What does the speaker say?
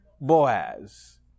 Boaz